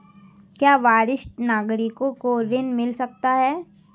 क्या वरिष्ठ नागरिकों को ऋण मिल सकता है?